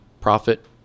profit